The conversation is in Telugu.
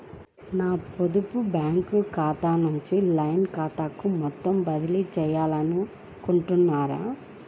నా పొదుపు బ్యాంకు ఖాతా నుంచి లైన్ ఖాతాకు మొత్తం బదిలీ చేయాలనుకుంటున్నారా?